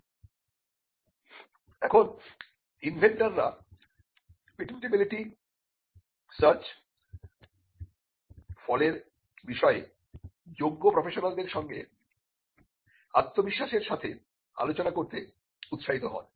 এখন ইনভেন্টররা inventorপেটেন্টিবিলিটি সার্চ ফলের বিষয়ে যোগ্য প্রফেশনালদের সঙ্গে আত্মবিশ্বাসের সাথে আলোচনা করতে উৎসাহিত হন